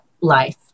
life